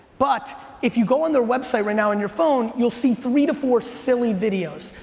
but if you go on their website right now on your phone, you'll see three to four silly videos,